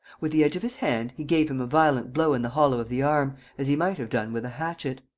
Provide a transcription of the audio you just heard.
with the edge of his hand, he gave him a violent blow in the hollow of the arm, as he might have done with a hatchet.